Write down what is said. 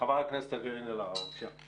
חברת הכנסת קארין אלהרר, בבקשה.